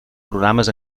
programes